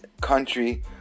country